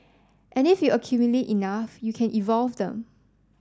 and if you accumulate enough you can evolve them